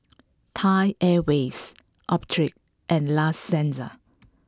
Thai Airways Optrex and La Senza